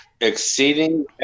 exceeding